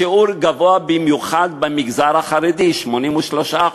השיעור גבוה במיוחד במגזר החרדי, 83%,